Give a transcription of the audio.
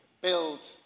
build